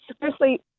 Firstly